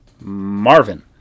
Marvin